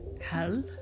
Hal